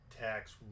tax